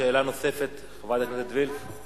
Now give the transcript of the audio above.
שאלה נוספת לחברת הכנסת וילף.